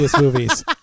movies